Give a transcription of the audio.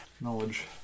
Knowledge